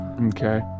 Okay